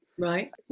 right